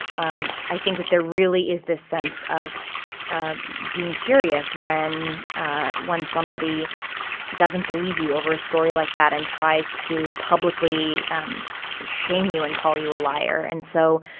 um i think that there really is this sense of ah being furious when ah when somebody doesn't believe you over a story like that and tries to publicly um shame you and call you a liar. and so